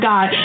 God